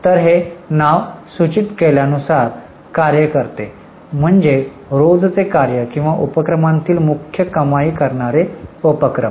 तर हे नाव सूचित केल्यानुसार कार्य करणे म्हणजे रोजचे कार्य किंवा उपक्रमातील मुख्य कमाई करणार्या उपक्रम